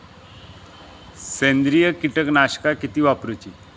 सेंद्रिय कीटकनाशका किती वापरूची?